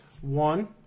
One